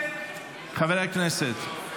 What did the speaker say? חברי הכנסת,